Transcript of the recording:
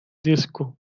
disco